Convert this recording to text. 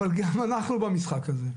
אבל גם אנחנו במשחק הזה.